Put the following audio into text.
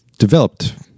developed